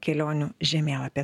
kelionių žemėlapį